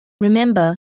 Remember